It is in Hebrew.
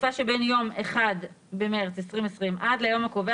בתקופה שבין יום 1 במרץ 2020 עד ליום הקובע